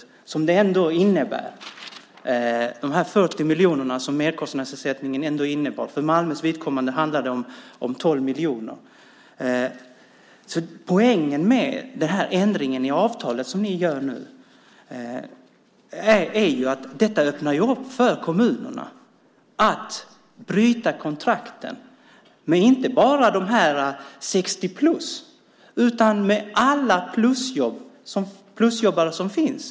Merkostnadsersättningen innebar en summa om 40 miljoner. För Malmös vidkommande handlade det om 12 miljoner. Poängen med den ändring i avtalet som ni gör nu är ju att detta öppnar upp för kommunerna att bryta kontrakten inte bara med 60-plussarna utan med alla plusjobbare som finns.